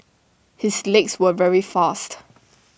his legs were very fast